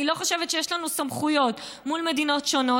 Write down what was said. אני לא חושבת שיש לנו סמכויות מול מדינות שונות.